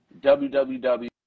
www